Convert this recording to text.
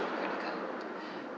credit card